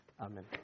Amen